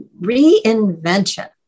reinvention